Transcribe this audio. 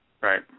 Right